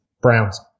Browns